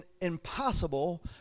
impossible